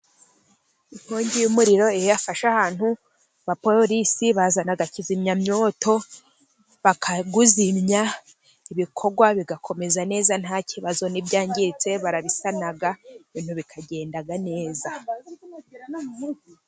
Inkongi y'umuriro iyo yafashe ahantu abapolisi bazana, kizimyamoto, bakawuzimya, ibikorwa bigakomeza neza nta kibazo, n'ibyagritse barabisana ibintu bikagenda neza.